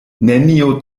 nenio